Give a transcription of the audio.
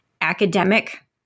academic